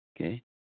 Okay